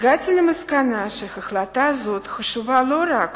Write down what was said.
הגעתי למסקנה שהחלטה זאת חשובה לא רק